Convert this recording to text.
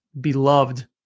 beloved